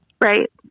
Right